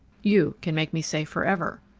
you can make me safe forever.